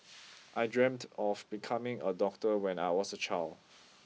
I dreamt of becoming a doctor when I was a child